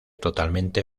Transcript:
totalmente